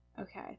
Okay